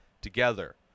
together